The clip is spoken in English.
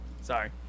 Sorry